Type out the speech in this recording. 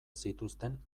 zituzten